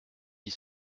dit